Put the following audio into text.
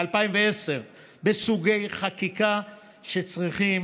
ב-2010, שצריכים